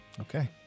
Okay